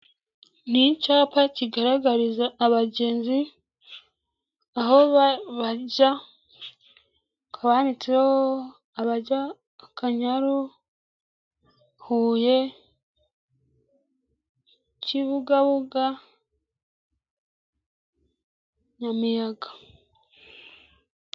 Ni icyapa kigaragariza abagenzi aho bajya, hakaba handitseho abajya ku Akanyaru, Huye Kibugabuga, Nyamiyaga.